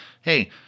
hey